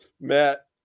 Matt